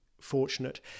fortunate